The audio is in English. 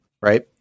right